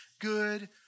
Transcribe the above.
good